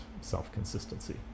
self-consistency